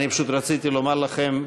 אני פשוט רציתי לומר לכם,